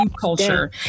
culture